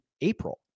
April